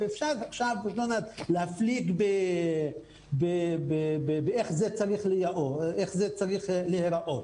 אפשר עכשיו להפליג איך זה צריך להראות.